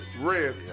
Red